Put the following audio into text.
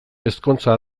ezkontza